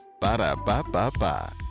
Ba-da-ba-ba-ba